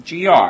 GR